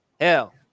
hell